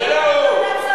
זה לא הוא.